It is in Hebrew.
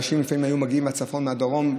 לפעמים אנשים היו מגיעים מהצפון, מהדרום.